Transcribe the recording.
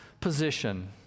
position